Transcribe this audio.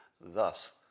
Thus